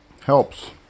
helps